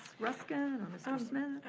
ruskin or mr. smith.